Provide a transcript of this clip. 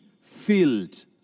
filled